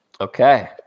Okay